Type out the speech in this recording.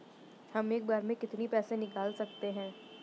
हम एक बार में कितनी पैसे निकाल सकते हैं?